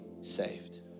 saved